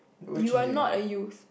you are not a youth